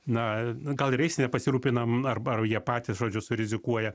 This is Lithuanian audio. na gal ir jais nepasirūpinam arba jie patys žodžiu surizikuoja